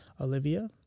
Olivia